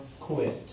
quit